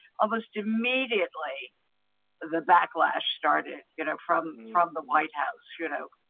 almost immediately the backlash started, you know, from, from the white house, you know?